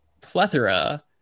plethora